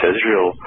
Israel